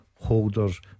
holders